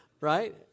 right